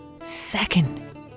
second